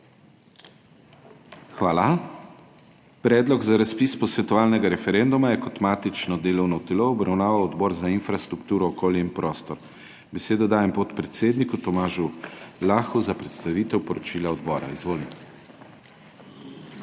Hvala. Predlog za razpis posvetovalnega referenduma je kot matično delovno telo obravnaval Odbor za infrastrukturo, okolje in prostor. Besedo dajem podpredsedniku Tomažu Lahu za predstavitev poročila odbora. Izvolite.